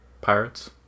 pirates